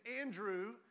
Andrew